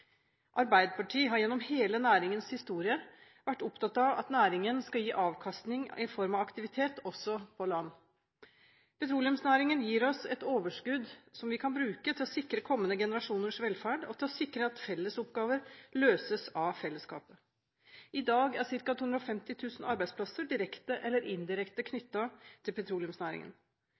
Arbeiderpartiet har gjennom hele næringens historie vært opptatt av at næringen skal gi avkastning i form av aktivitet også på land. Petroleumsnæringen gir oss et overskudd som vi kan bruke til å sikre kommende generasjoners velferd, og til å sikre at fellesoppgaver løses av fellesskapet. I dag er ca. 250 000 arbeidsplasser direkte eller indirekte knyttet til petroleumsnæringen.